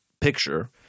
picture